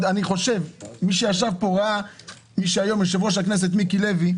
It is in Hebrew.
יושב-ראש הכנסת מיקי לוי,